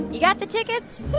you got the tickets?